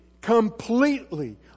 completely